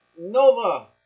Nova